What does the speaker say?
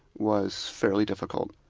was fairly difficult.